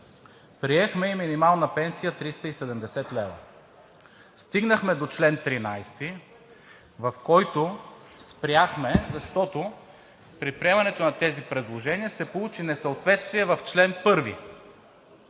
приехме и минимална пенсия 370 лв. Стигнахме до чл. 13, в който спряхме, защото при приемането на тези предложения се получи несъответствие в чл. 1.